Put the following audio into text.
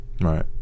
Right